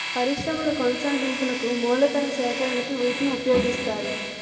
పరిశ్రమల కొనసాగింపునకు మూలతన సేకరణకు వీటిని ఉపయోగిస్తారు